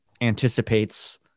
anticipates